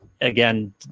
again